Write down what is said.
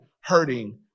hurting